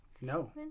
no